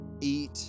eat